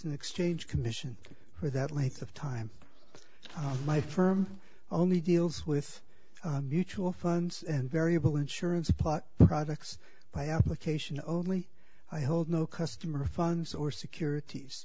and exchange commission for that length of time my firm only deals with mutual funds and variable insurance but products by application only i hold no customer funds or securities